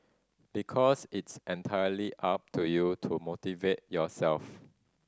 because it's entirely up to you to motivate yourself